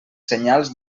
senyals